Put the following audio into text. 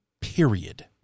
Period